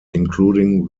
including